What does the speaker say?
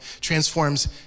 transforms